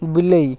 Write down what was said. ବିଲେଇ